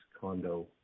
condo